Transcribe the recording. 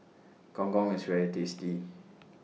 Gong Gong IS very tasty